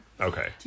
Okay